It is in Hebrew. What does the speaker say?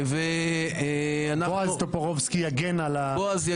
אחר כך בועז טופורובסקי יתייחס.